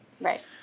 Right